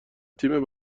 تیم